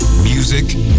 Music